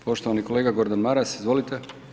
Poštovani kolega, Gordan Maras, izvolite.